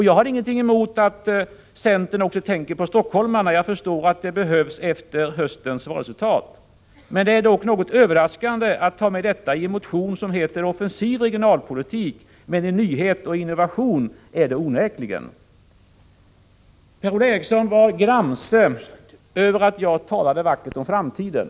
Jag har ingenting emot att centern också tänker på stockholmarna. Jag förstår att det behövs efter höstens valresultat. Men det är dock något överraskande att ta med detta i en motion som heter Offensiv regionalpolitik. En nyhet och innovation är det onekligen. Per-Ola Eriksson var gramse över att jag talade vackert om framtiden.